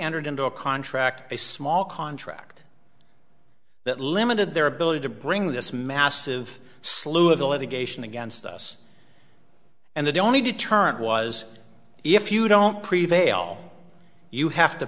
entered into a contract a small contract that limited their ability to bring this massive slew of the litigation against us and the only deterrent was if you don't prevail you have to